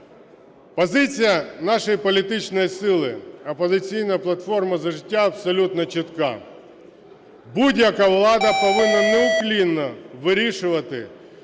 Позиція нашої політичної сили "Опозиційна платформа - За життя" абсолютно чітка: будь-яка влада повинна неуклінно вирішувати